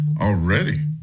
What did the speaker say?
Already